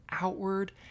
outward